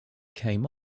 came